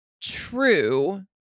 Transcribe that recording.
true